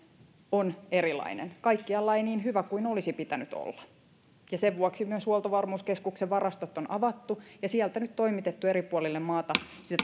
on erilainen kaikkialla ei niin hyvä kuin olisi pitänyt olla sen vuoksi myös huoltovarmuuskeskuksen varastot on avattu ja sieltä nyt toimitettu eri puolille maata